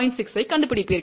6 ஐக் கண்டுபிடிப்பீர்கள்